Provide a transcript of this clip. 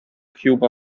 cube